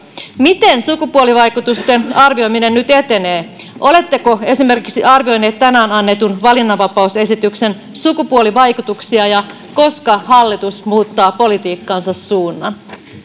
miten sukupuolivaikutuksen arvioiminen nyt etenee oletteko esimerkiksi arvioineet tänään annetun valinnanvapausesityksen sukupuolivaikutuksia ja koska hallitus muuttaa politiikkansa suunnan